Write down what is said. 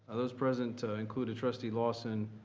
those present ah included trustee lawson,